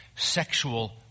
sexual